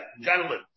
gentlemen